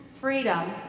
Freedom